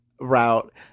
route